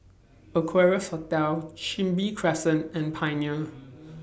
Equarius Hotel Chin Bee Crescent and Pioneer